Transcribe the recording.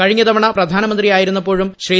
കഴിഞ്ഞതവണ പ്രധാനമന്ത്രിയായിരുന്നപ്പോഴും ശ്രീ